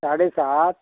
साडे सात